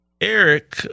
Eric